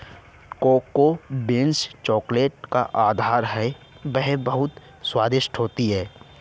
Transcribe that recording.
cocoa beans chocolate का आधार है वह बहुत स्वादिष्ट होता है